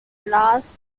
large